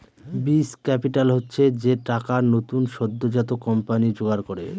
বীজ ক্যাপিটাল হচ্ছে যে টাকা নতুন সদ্যোজাত কোম্পানি জোগাড় করে